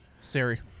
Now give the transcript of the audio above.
Siri